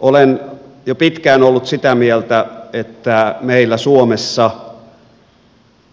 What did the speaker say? olen jo pitkään ollut sitä mieltä että meillä suomessa